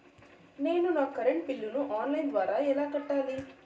నేను నా కరెంటు బిల్లును ఆన్ లైను ద్వారా ఎలా కట్టాలి?